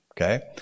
okay